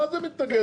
מה זה "מתנגד"?